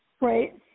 right